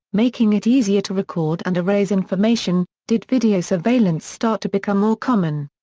making it easier to record and erase information, did video surveillance start to become more common.